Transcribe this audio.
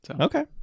Okay